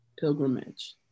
pilgrimage